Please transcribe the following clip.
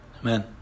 Amen